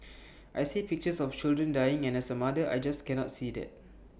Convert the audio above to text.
I see pictures of children dying and as A mother I just cannot see that